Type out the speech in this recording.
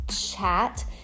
chat